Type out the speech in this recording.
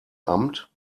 amt